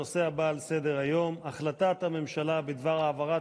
הנושא הבא על סדר-היום: החלטת הממשלה בדבר העברת